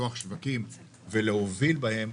לפתוח שווקים ולהוביל בהם.